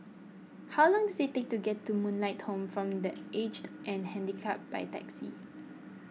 how long does it take to get to Moonlight Home form the Aged and Handicapped by taxi